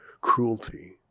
Cruelty